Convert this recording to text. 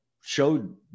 showed